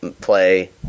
play